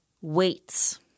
weights